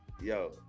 yo